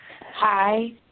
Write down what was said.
Hi